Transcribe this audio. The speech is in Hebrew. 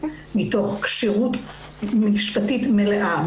מתוך כשירות משפטית מלאה,